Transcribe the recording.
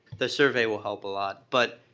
the survey will help a lot. but,